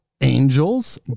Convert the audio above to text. angels